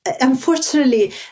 Unfortunately